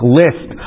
list